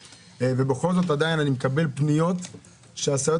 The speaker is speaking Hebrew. בכל זאת עדיין אני מקבל פניות של הסייעות